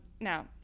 Now